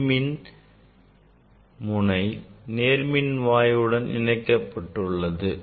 எதிர்மின் முனை நேர்மின்வாய் உடன் இணைக்கப்பட்டு உள்ளது